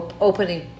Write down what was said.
opening